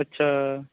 ਅੱਛਾ